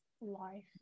life